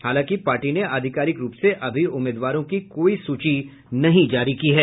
हालांकि पार्टी ने आधिकारिक रूप से अभी उम्मीदवारों की कोई सूची नहीं जारी की है